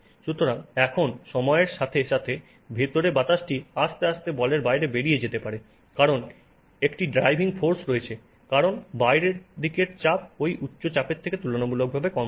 সুতরাং এখন সময়ের সাথে সাথে ভিতরে বাতাসটি আস্তে আস্তে বলের বাইরে বেরিয়ে যেতে পারে কারণ একটি ড্রাইভিং ফোর্স রয়েছে কারণ বাইরের দিকের চাপ ওই উচ্চ চাপের থেকে তুলনামূলকভাবে কম বলে